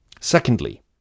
Secondly